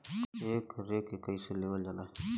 एकरके कईसे लेवल जाला?